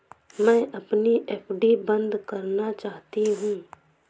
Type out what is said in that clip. मैं अपनी एफ.डी बंद करना चाहती हूँ